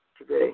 today